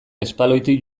espaloitik